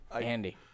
Andy